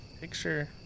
picture